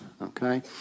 Okay